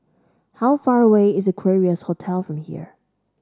how far away is Equarius Hotel from here